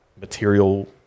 material